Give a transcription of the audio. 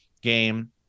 game